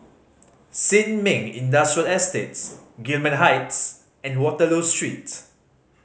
Sin Ming Industrial Estates Gillman Heights and Waterloo Street